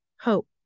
Hope